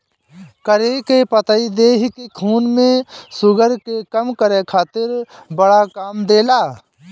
करी के पतइ देहि के खून में शुगर के कम करे खातिर बड़ा काम देला